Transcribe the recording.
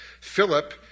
Philip